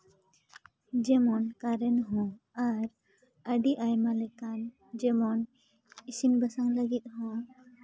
ᱡᱮᱢᱚᱱ ᱠᱟᱨᱮᱱ ᱦᱚᱸ ᱟᱨ ᱟᱹᱰᱤ ᱟᱭᱢᱟ ᱞᱮᱠᱟᱱ ᱡᱮᱢᱚᱱ ᱤᱥᱤᱱ ᱵᱟᱥᱟᱝ ᱞᱟᱹᱜᱤᱫ ᱦᱚᱸ